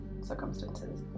circumstances